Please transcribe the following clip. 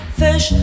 fish